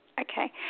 Okay